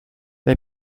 they